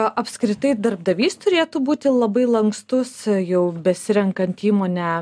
apskritai darbdavys turėtų būti labai lankstus jau besirenkant įmonę